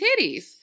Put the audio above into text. titties